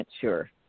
sure